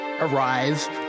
arrive